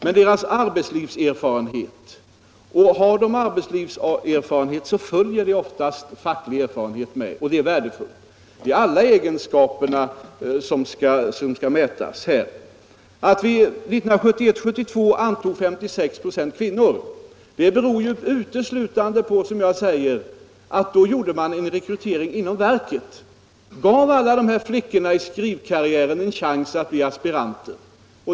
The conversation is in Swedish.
Men det gäller deras arbetslivserfarenhet, och har de arbetslivserfarenhet följer det oftast facklig erfarenhet med, vilket är värdefullt. Det är alla egenskaperna som skall mätas här. Att man 1971/72 antog 56 96 kvinnor beror ju uteslutande på, som jag säger, att man då gjorde en rekrytering inom verket — gav alla flickorna i skrivkarriären en chans att bli aspiranter.